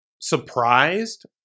surprised